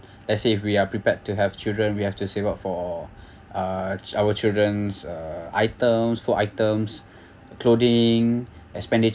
as if we are prepared to have children we have to save up for uh chi~ our children's uh items school items clothing expenditures